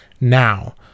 Now